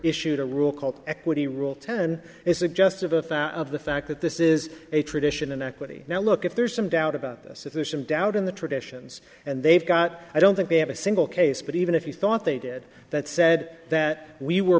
issued a rule called equity rule ten is suggestive of of the fact that this is a tradition in equity now look if there's some doubt about this sufficient doubt in the traditions and they've got i don't think they have a single case but even if you thought they did that said that we were